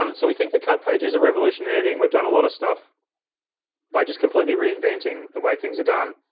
um so we think the cut page is a revolution in editing. we've done a lot of stuff by just completely reinventing the way things are done.